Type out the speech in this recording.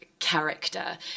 character